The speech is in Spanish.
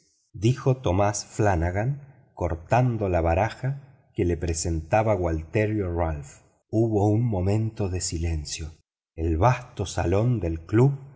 dijo tomás flanagan cortando la baraja que le presentaba gualterio ralph hubo un momento de silencio el vasto salón del club